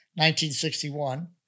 1961